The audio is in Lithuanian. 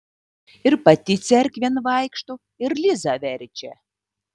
ir pati cerkvėn vaikšto ir lizą verčia